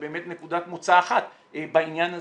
באמת נקודת מוצא אחת בעניין הזה.